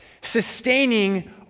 sustaining